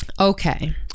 Okay